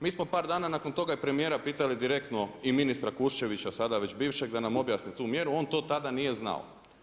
Mi smo par dana nakon toga premijera pitali direktno i ministra Kuščevića, sada već bivšeg, da nam objasne tu mjeru, on to tada nije znao.